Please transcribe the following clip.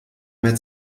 mehr